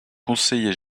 conseiller